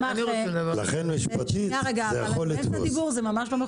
לכן משפטית זה יכול לתפוס.